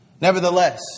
Nevertheless